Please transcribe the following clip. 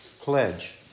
pledge